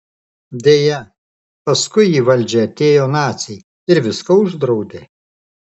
deja paskui į valdžią atėjo naciai ir viską uždraudė